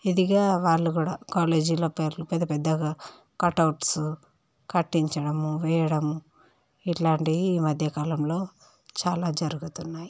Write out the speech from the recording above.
ఇదిగా వాళ్ళు కూడా కాలేజీలో పేర్లు పెద్ద పెద్దగా కట్ అవుట్స్ కట్టించడము వేయడము ఇలాంటివి ఈ మధ్యకాలంలో చాలా జరుగుతున్నాయి